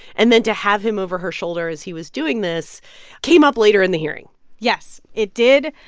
and then to have him over her shoulder as he was doing this came up later in the hearing yes, it did.